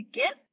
get